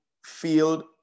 Field